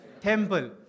temple